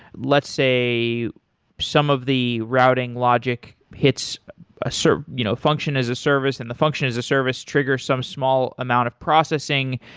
let's say some of the routing logic hits a so you know function as a service and the function as a service triggers some small amount of processing,